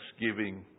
thanksgiving